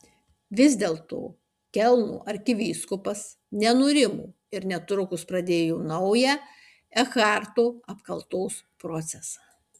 vis dėlto kelno arkivyskupas nenurimo ir netrukus pradėjo naują ekharto apkaltos procesą